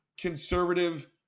conservative